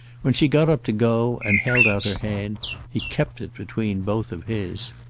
when she got up to go and held out her hand he kept it, between both of his.